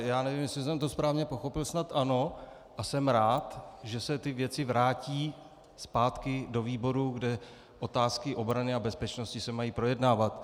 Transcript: Já nevím, jestli jsem to správně pochopil, snad ano, a jsem rád, že se ty věci vrátí zpátky do výboru, kde otázky obrany a bezpečnosti se mají projednávat.